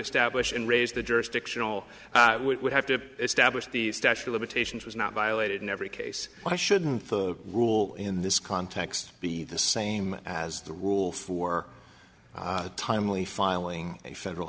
establish and raise the jurisdictional which would have to establish the statute of limitations was not violated in every case why shouldn't the rule in this context be the same as the rule for timely filing a federal